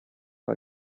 how